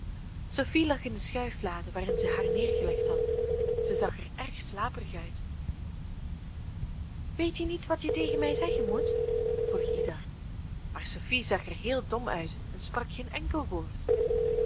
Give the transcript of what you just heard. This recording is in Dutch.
sophie lag in de schuiflade waarin zij haar neergelegd had zij zag er erg slaperig uit weet je niet wat je tegen mij zeggen moet vroeg ida maar sophie zag er heel dom uit en sprak geen enkel woord